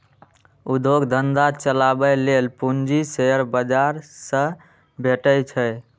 उद्योग धंधा चलाबै लेल पूंजी शेयर बाजार सं भेटै छै